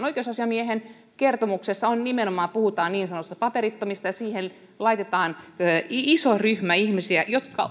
oikeusasiamiehen kertomuksessa nimenomaan puhutaan niin sanotuista paperittomista ja siihen laitetaan iso ryhmä ihmisiä jotka